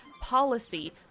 policy